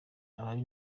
ababi